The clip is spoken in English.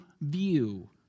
view